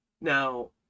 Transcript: Now